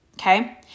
Okay